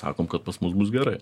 sakom kad pas mus bus gerai